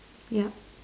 yep